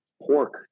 pork